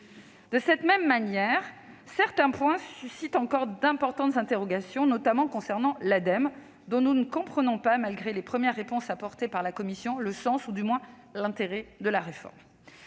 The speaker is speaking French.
De cette même manière, certains points suscitent encore d'importantes interrogations, notamment en ce qui concerne l'Ademe. Nous ne comprenons pas, malgré les premières réponses apportées par la commission, sinon le sens, du moins l'intérêt de la réforme.